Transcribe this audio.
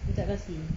dia tak kasih